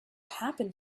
happen